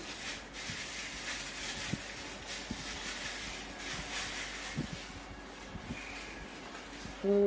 oh